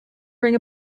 bring